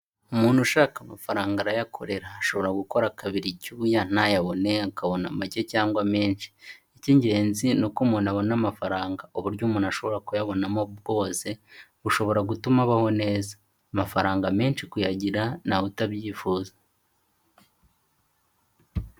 Umuntu ushaka amafaranga arayakorera. Ashobora gukora akabira icyuya ntayabone, akabona make cyangwa menshi, icy'ingenzi ni uko umuntu abona amafaranga. Uburyo umuntu ashobora kuyabonamo bwose bushobora gutuma abaho neza. Amafaranga menshi kuyagira ntawe utabyifuza.